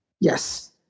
Yes